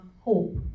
hope